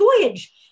voyage